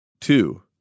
Two